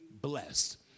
blessed